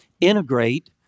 integrate